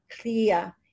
clear